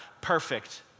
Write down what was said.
perfect